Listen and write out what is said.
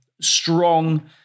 strong